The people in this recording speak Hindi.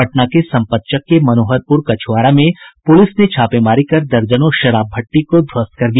पटना के संपतचक के मनोहरपुर कछुआरा में पुलिस ने छापेमारी कर दर्जनों शराब भट्ठी को ध्वस्त कर दिया